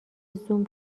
زوم